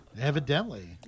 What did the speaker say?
evidently